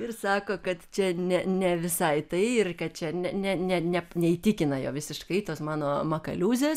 ir sako kad čia ne ne visai tai kad čia ne ne ne neįtikina jo visiškai tos mano makaliūzės